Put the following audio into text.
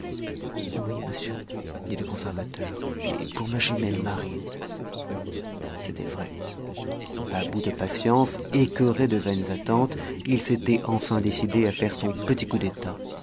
oui monsieur dit le conservateur et pour ma jumelle marine c'était vrai à bout de patience écœuré de vaines attentes il s'était enfin décidé à faire son petit coup d'état